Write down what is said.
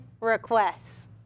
requests